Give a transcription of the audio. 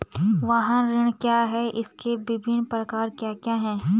वाहन ऋण क्या है इसके विभिन्न प्रकार क्या क्या हैं?